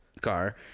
car